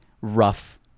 rough